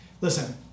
Listen